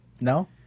no